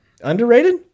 underrated